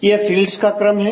यह फील्डस का क्रम है